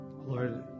Lord